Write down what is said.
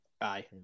Aye